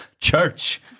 Church